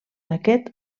d’aquest